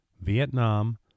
Vietnam